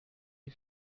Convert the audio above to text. die